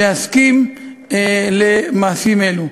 להסכים למעשים אלו.